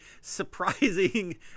surprising